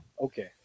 okay